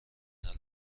الملل